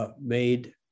Made